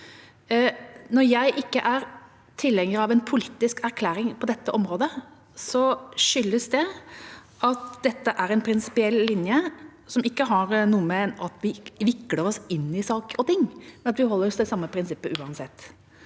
Når jeg ikke er tilhenger av en politisk erklæring på dette området, skyldes det at dette er en prinsipiell linje, som ikke har noe med at vi vikler oss inn i saker og ting å gjøre, men at vi holder oss til det samme prinsippet uansett,